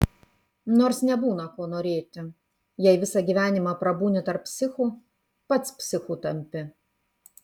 nors nebūna ko norėti jei visą gyvenimą prabūni tarp psichų pats psichu tampi